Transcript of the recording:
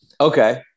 Okay